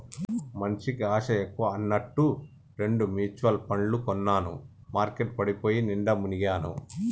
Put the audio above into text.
మనిషికి ఆశ ఎక్కువ అన్నట్టు రెండు మ్యుచువల్ పండ్లు కొన్నాను మార్కెట్ పడిపోయి నిండా మునిగాను